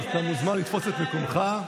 אתה מוזמן לתפוס את מקומך.